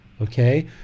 okay